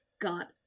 got